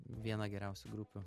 vieną geriausių grupių